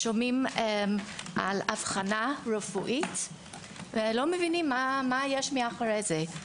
שומעים על אבחנה רפואית ולא מבינים מה יש מאחורי זה.